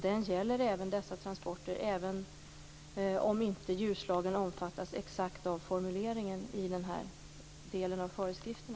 Det gäller även dessa transporter, även om djurslagen inte omfattas av formuleringen i denna del av föreskrifterna.